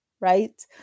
right